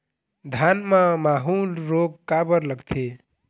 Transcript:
धान म माहू रोग काबर लगथे?